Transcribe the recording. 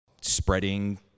Spreading